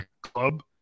club